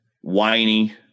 whiny